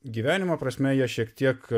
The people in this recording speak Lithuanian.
gyvenimo prasme jie šiek tiek